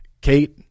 Kate